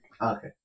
Okay